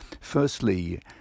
Firstly